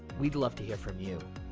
we'd love to hear from you.